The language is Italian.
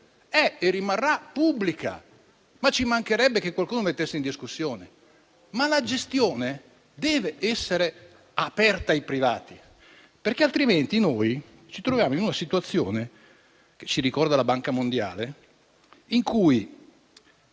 è e rimarrà pubblica, ci mancherebbe che qualcuno lo mettesse in discussione, ma la gestione dev'essere aperta ai privati, altrimenti ci troviamo nella situazione che ci ricorda la Banca mondiale,